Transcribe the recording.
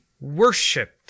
worshipped